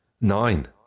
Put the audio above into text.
nine